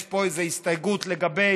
יש פה איזו הסתייגות לגבי